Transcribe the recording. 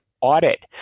audit